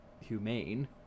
humane